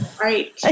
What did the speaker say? Right